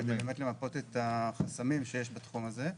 כדי באמת למפות את החסמים שיש בתחום הזה.